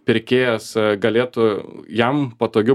pirkėjas galėtų jam patogiu